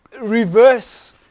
reverse